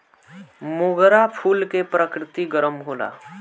मोगरा फूल के प्रकृति गरम होला